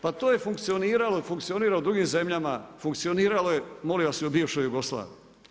Pa to je funkcioniralo i funkcionira u drugim zemljama, funkcioniralo je molim vas, i u bivšoj Jugoslaviji.